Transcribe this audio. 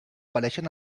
pareixien